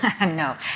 No